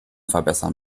verbessern